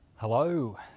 Hello